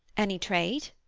any trade?